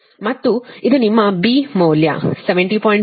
ಮತ್ತು ಇದು ನಿಮ್ಮ B ಮೌಲ್ಯ 70